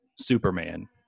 Superman